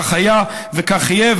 כך היה וכך יהיה.